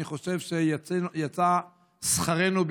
יש שכר לפעולתנו,